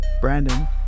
Brandon